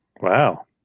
Wow